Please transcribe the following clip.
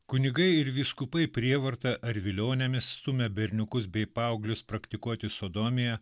kunigai ir vyskupai prievarta ar vilionėmis stumia berniukus bei paauglius praktikuoti sodomiją